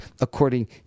according